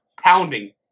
pounding